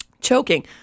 choking